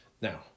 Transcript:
Now